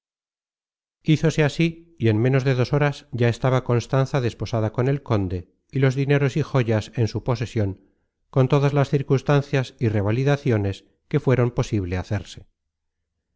hízose así y en ménos de dos horas ya estaba constanza desposada con el conde y los dineros y joyas en su posesion con todas las circunstancias y revalidaciones que fueron posible hacerse